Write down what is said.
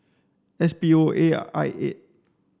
S P O A I eight